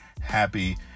happy